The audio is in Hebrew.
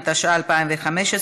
התשע"ה 2015,